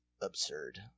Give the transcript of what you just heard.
absurd